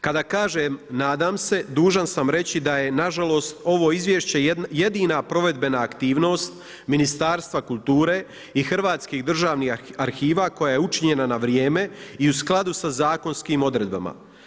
Kada kažem nadam se, dužan sam reći da je nažalost ovo izvješće jedina provedbena aktivnost Ministarstva kulture i Hrvatskih državnih arhiva koja je učinjena na vrijeme i u skladu sa zakonskim odredbama.